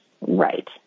right